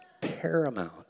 paramount